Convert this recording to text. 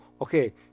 okay